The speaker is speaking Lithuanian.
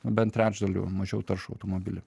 bent trečdaliu mažiau taršų automobilį